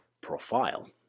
profile